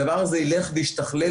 הדבר הזה ילך וישתכלל.